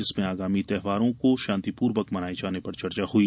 जिसमें आगामी त्यौहारों को शांतिपूर्वक मनाये जाने पर चर्चा हुई